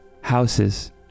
houses